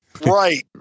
Right